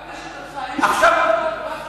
גם לשיטתך אין שום דבר טוב, רק כיבוש?